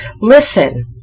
Listen